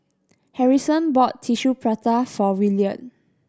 Harrison bought Tissue Prata for William